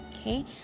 Okay